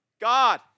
God